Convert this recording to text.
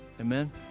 Amen